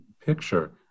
picture